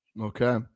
Okay